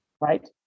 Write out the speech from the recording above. right